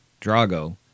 Drago